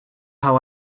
how